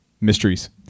mysteries